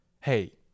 hey